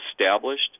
established